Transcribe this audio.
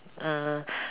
err